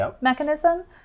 mechanism